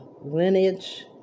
lineage